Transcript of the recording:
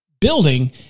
building